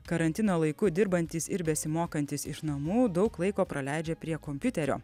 karantino laiku dirbantys ir besimokantys iš namų daug laiko praleidžia prie kompiuterio